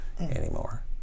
anymore